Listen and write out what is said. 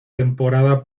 temporada